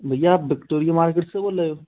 भैया आप Victoria market से बोल रहे हो